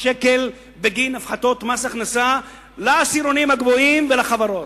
שקל בגין הפחתות מס הכנסה לעשירונים הגבוהים ולחברות.